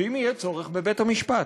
ואם יהיה צורך, בבית-המשפט.